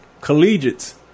collegiate's